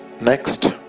next